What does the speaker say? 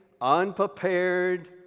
unprepared